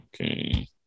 okay